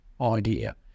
idea